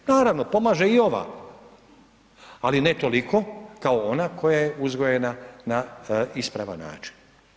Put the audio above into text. Naravno pomaže i ova, ali ne toliko kao ona koja je uzgojena na ispavan način.